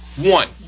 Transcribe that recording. One